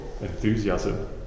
enthusiasm